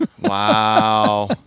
Wow